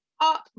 up